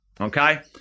okay